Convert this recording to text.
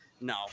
No